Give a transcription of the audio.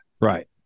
Right